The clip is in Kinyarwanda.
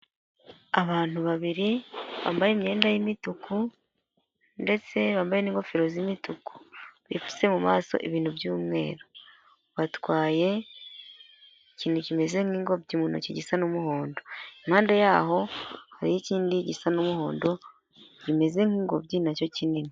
Abantu babiri bambaye imyenda y'imituku ndetse bambaye n'ingofero z'imituku bipfutse mu maso ibintu by'umweru. Batwaye ikintu kimeze nk'ingobyi mu ntoki gisa n'umuhondo, impande yaho hariyo ikindi gisa n'umuhondo kimeze nk'ingobyi na cyo kinini.